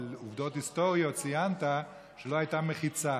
אבל עובדות היסטוריות: ציינת שלא הייתה מחיצה.